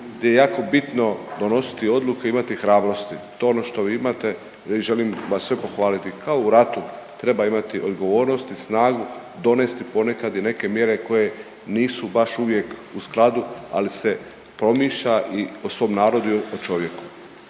gdje je jako bitno donositi odluke i imati hrabrosti. To je ono što vi imate i želim vas sve pohvaliti, kao i u ratu treba imati odgovornost i snagu donesti ponekad i neke mjere koje nisu baš uvijek u skladu, ali se promišlja i o svom narodu i o čovjeku